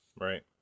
Right